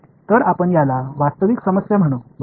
तर आपण याला वास्तविक समस्या म्हणू बरोबर